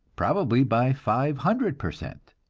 probably by five hundred per cent,